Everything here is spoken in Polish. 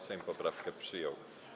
Sejm poprawkę przyjął.